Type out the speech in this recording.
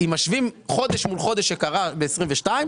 אם משווים חודש מול חודש שקרה ב-22',